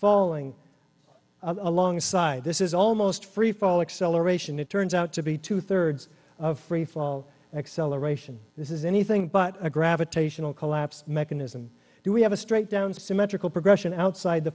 falling alongside this is almost freefall acceleration it turns out to be two thirds of freefall acceleration this is anything but a gravitational collapse mechanism do we have a straight down symmetrical progression outside the